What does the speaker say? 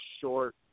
short